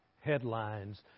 headlines